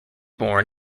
born